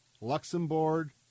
Luxembourg